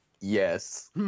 Yes